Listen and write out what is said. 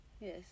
Yes